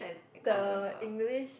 the English